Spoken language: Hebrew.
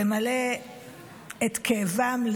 למלא את כאבם,